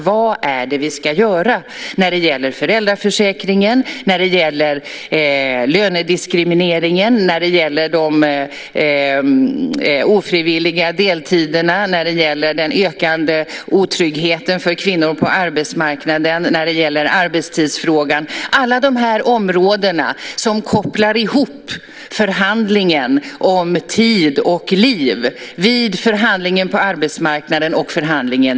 Vad är det vi ska göra när det gäller föräldraförsäkringen, lönediskrimineringen, de ofrivilliga deltiderna, den ökande otryggheten för kvinnor på arbetsmarknaden och arbetstidsfrågan? Alla de här områdena är kopplade till förhandlingen om tid och liv, på arbetsmarknaden och vid köksbordet.